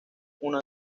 una